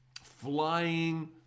flying